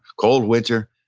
cold winter?